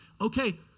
okay